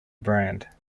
brand